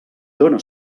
dóna